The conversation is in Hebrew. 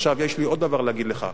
עכשיו יש לי עוד דבר להגיד לך.